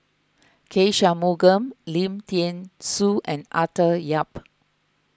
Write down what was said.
K Shanmugam Lim thean Soo and Arthur Yap